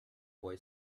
boy